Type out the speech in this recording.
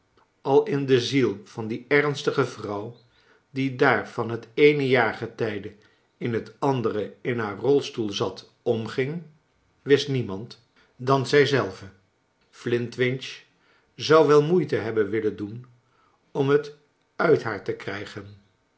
al in de ziel van die ernstige vrouw die daar van het eene jaargetijde in het andere in haar rolstoel zat omging wist niemand dan zij zelve flintwinch zou wel moeite hebben willen doen om het uit haar te krijgen